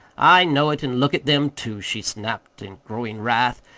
i know it. and look at them, too, she snapped, in growing wrath.